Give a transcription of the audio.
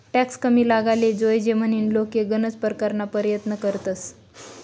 tax कमी लागाले जोयजे म्हनीन लोके गनज परकारना परयत्न करतंस